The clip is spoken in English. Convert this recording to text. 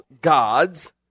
gods